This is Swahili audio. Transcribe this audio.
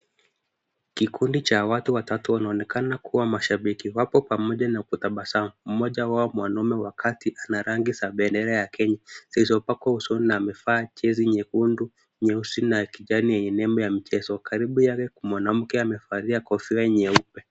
Kikundi cha watu watatu wanaonekana kuwa mashabiki. Wapo pamoja na kutabasamu. Mmoja wao mwanaume wakati ana rangi za bendera ya Kenya zilizopakwa usoni na mivaa jezi nyekundu nyeusi na kijani yenye nembo ya mchezo. Karibu yawe mwanamke amevalia kofia nyeupe.